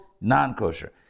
non-kosher